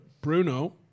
Bruno